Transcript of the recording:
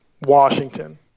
Washington